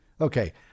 Okay